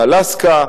באלסקה,